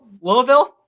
Louisville